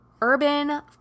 Urban